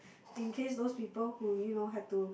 in case those people who you know have to